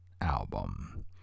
album